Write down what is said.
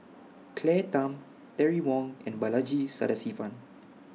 Claire Tham Terry Wong and Balaji Sadasivan